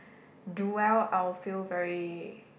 do well I will feel very